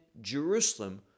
Jerusalem